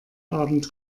abend